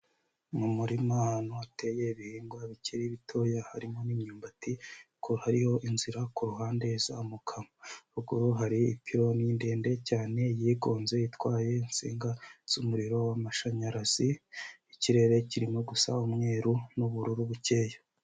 Mu murima ahantu hateye ibihingwa bikiri bitoya harimo n'imyumbati ariko hariho inzira ku ruhande izamuka, ruguru hari ipironi ndende cyane yigonze itwaye insinga z'umuriro w'amashanyarazi, ikirere kirimo gusa umweru n'ubururu bukeya.